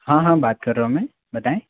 हाँ हाँ बात कर रहा हूँ मैं बताएँ